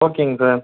ஓகேங்க சார்